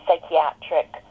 psychiatric